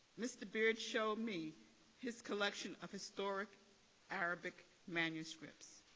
mr. beard showed me his collection of historic arabic manuscripts